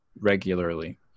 regularly